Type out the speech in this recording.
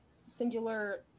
singular